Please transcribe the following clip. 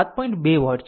2 vote છે